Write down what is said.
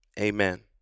Amen